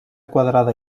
quadrada